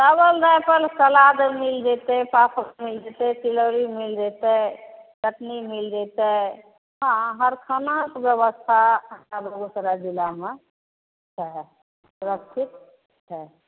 चाबल दालि पर सलाद आर मिल जयतै पापड़ मिल जयतै तिलौड़ी मिल जयतै चटनी मिल जयतै यहाँ हर खानाके व्यवस्था आजकाल बेगुसराय जिलामे अच्छा है सुरक्षित है